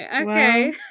okay